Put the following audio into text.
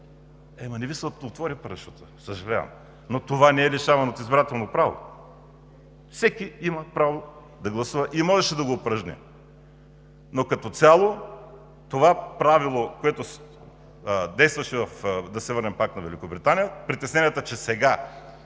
Е, ама не Ви се отвори парашутът! Съжалявам, но това не е лишаване от избирателно право. Всеки има право да гласува и можеше да го упражни. Като цяло това правило, което действаше – да се върнем пак на Великобритания, притесненията, че сега